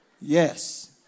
Yes